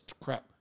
crap